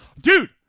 Dude